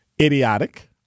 idiotic